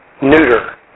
neuter